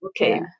Okay